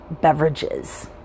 beverages